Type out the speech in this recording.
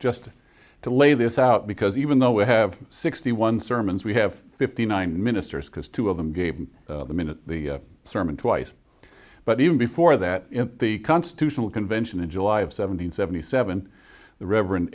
just to lay this out because even though we have sixty one sermons we have fifty nine ministers because two of them gave the minute the sermon twice but even before that in the constitutional convention in july of seven hundred seventy seven the reverend